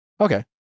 Okay